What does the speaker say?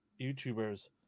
YouTubers